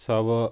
ਸਭ